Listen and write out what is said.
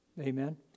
Amen